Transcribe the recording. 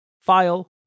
file